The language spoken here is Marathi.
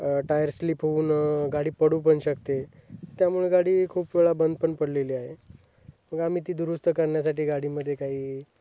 टायर स्लिप होऊन गाडी पडू पण शकते त्यामुळे गाडी खूप वेळा बंद पण पडलेली आहे मग आम्ही ती दुरुस्त करण्यासाठी गाडीमध्ये काही